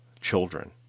children